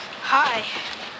Hi